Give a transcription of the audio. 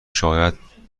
شاید